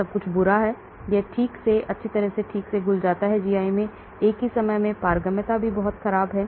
सब कुछ बुरा है यह ठीक से या अच्छी तरह से ठीक से घुल जाता GI में एक ही समय में पारगम्यता भी बहुत खराब है